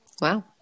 Wow